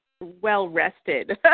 well-rested